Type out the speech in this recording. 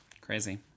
Crazy